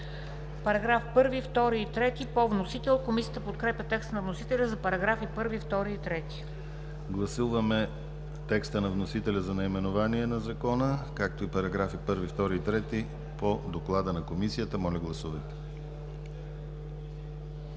Параграфи 1, 2 и 3 по вносител. Комисията подкрепя текста на вносителя за параграфи 1, 2 и 3. ПРЕДСЕДАТЕЛ ДИМИТЪР ГЛАВЧЕВ: Гласуваме текста на вносителя за наименование на Закона, както и параграфи 1, 2 и 3 по доклада на Комисията. Моля, гласувайте.